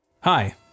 Hi